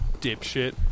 dipshit